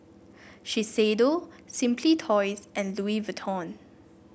Shiseido Simply Toys and Louis Vuitton